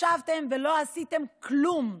ישבתם ולא עשיתם כלום,